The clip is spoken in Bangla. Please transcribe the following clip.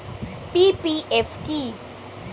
পি.পি.এফ কি?